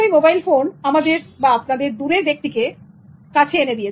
mobile phone আপনাদের দূরের ব্যক্তিকে কাছে এনে দিয়েছে